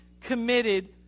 committed